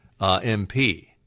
MP